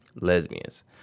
Lesbians